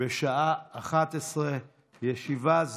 בשעה 11:00.